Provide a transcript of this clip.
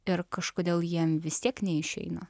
ir kažkodėl jiem vis tiek neišeina